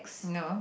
no